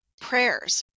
prayers